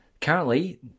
Currently